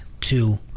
two